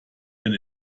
denn